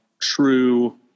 true